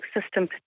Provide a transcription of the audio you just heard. system